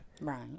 Right